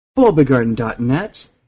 Bulbagarden.net